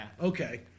Okay